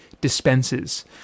dispenses